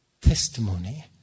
testimony